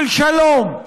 של שלום,